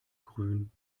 grün